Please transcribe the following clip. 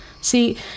See